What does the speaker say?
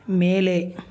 மேலே